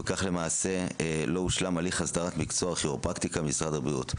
וכך למעשה לא הושלם הליך הסדרת מקצוע הכירופרקטיקה במשרד הבריאות.